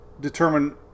determine